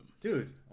Dude